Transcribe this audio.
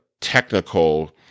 technical